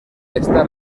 está